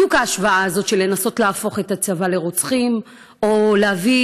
בדיוק ההשוואה הזאת של לנסות להפוך את הצבא לרוצחים או להביא